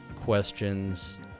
questions